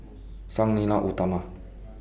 Sang Nila Utama